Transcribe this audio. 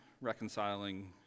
reconciling